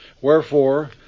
Wherefore